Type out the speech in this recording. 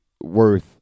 worth